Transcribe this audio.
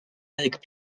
avec